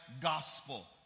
gospel